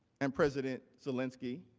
and president zelensky